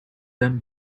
them